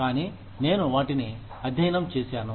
కానీ నేను వాటిని అధ్యయనం చేశాను